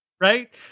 Right